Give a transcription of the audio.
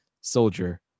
soldier